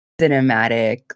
cinematic